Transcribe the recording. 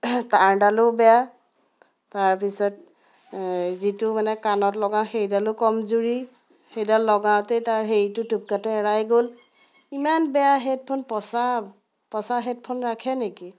তাঁৰডালো বেয়া তাৰপিছত যিটো মানে কাণত লগাওঁ সেইডালো কমজোৰি সেইডাল লগাওঁতেই তাৰ হেৰিটো টুপকাটো এৰাই গ'ল ইমান বেয়া হেডফোন পঁচা পঁচা হেডফোন ৰাখে নেকি